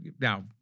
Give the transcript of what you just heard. now